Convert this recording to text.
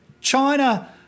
China